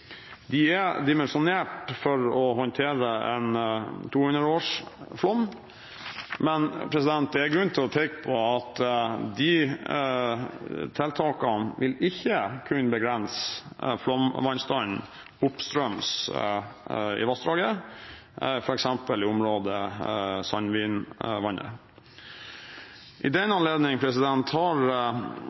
De er dimensjonert for å håndtere en 200-årsflom, men det er grunn til å peke på at de tiltakene vil ikke kunne begrense flomvannstanden oppstrøms i vassdraget, f.eks. i området Sandvinvannet. I den anledning har